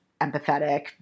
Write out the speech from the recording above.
empathetic